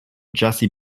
jessie